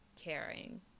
caring